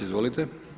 Izvolite.